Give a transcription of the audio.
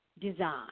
design